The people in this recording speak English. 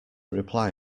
reply